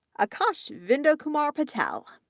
aakash vinodkumar patel,